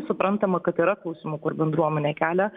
suprantama kad yra klausimų kur bendruomenė kelia